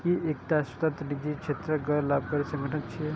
ई एकटा स्वतंत्र, निजी क्षेत्रक गैर लाभकारी संगठन छियै